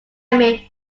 made